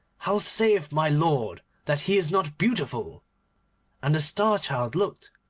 how saith my lord that he is not beautiful and the star-child looked,